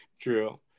True